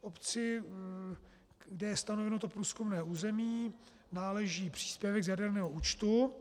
Obci, kde je stanoveno to průzkumné území, náleží příspěvek z jaderného účtu.